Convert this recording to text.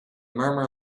murmur